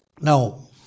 Now